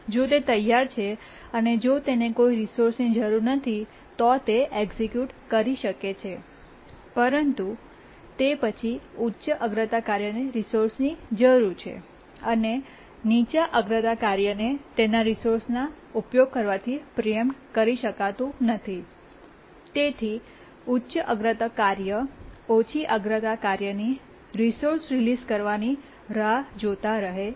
જો તે તૈયાર છે અને જો તેને કોઈ રિસોર્સની જરૂર નથી તો તે એક્સિક્યૂટ કરી શકે છે પરંતુ તે પછી ઉચ્ચ અગ્રતા કાર્યને રિસોર્સની જરૂર છે અને નીચા અગ્રતા કાર્યને તેના રિસોર્સ નો ઉપયોગ કરવાથી પ્રીએમ્પ્ટ કરી શકાતું નથી અને તેથી ઉચ્ચ અગ્રતા કાર્ય ઓછી અગ્રતા કાર્યની રિસોર્સ રિલીઝ કરવાની રાહ જોતા રહે છે